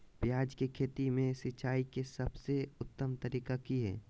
प्याज के खेती में सिंचाई के सबसे उत्तम तरीका की है?